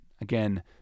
Again